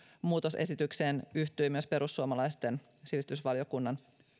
muutosesitykseen yhtyivät myös perussuomalaisten sivistysvaliokunnan